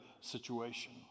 situation